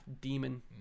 demon